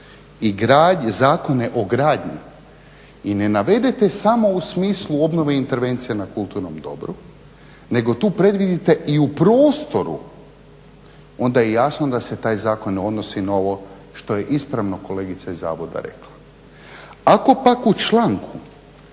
i zakone o gradnji i ne navedete samo u smislu obnove i intervencije na kulturnom dobru nego tu predvidite i u prostoru onda je jasno da se taj zakon odnosi na ovo što je ispravno kolegica iz zavoda rekla. Ako pak u članku